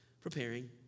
preparing